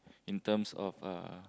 in terms of uh